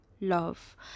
love